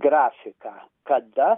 grafiką kada